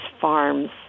farms